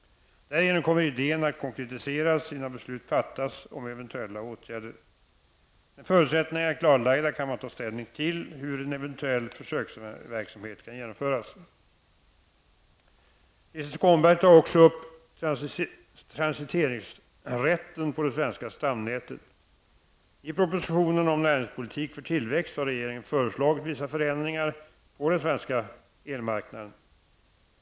Därigenom kommer idén att konkretiseras innan beslut fattas om eventuella åtgärder. När förutsättningarna är klarlagda kan man ta ställning till hur en eventuell försöksverksamhet kan genomföras. Krister Skånberg tar också upp transiteringsrätten på det svenska stamnätet. I propositionen om näringspolitik för tillväxt har regeringen föreslagit vissa förändringar på den svenska elmarknaden.